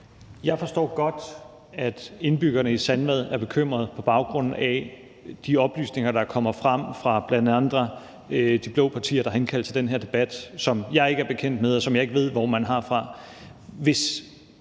Jeg forstår godt, at indbyggerne i Sandvad er bekymrede på baggrund af de oplysninger, der kommer frem fra bl.a. de blå partier, der har indkaldt til den her debat, som jeg ikke er bekendt med, og som jeg ikke ved hvorfra man har.